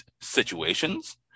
situations